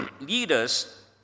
leaders